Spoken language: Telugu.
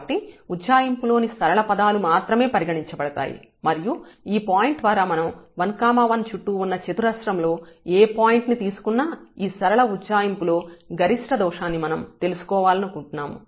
కాబట్టి ఉజ్జాయింపు లో సరళ పదాలు మాత్రమే పరిగణించబడతాయి మరియు ఈ పాయింట్ ద్వారా మనం 1 1 చుట్టూ ఉన్న చతురస్రం లో ఏ పాయింట్ ని తీసుకున్నా ఈ సరళ ఉజ్జాయింపు లో గరిష్ట దోషాన్ని మనం తెలుసుకోవాలనుకుంటున్నాము